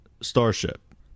starship